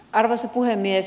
arvoisa puhemies